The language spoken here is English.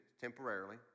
temporarily